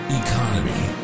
economy